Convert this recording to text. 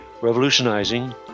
revolutionizing